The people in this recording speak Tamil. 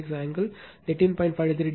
36 ஆங்கிள் 13